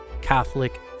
Catholic